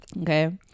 okay